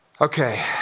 Okay